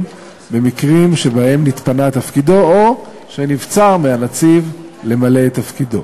במקרים שבהם מתפנה תפקידו או שנבצר מהנציב למלא את תפקידו.